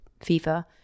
FIFA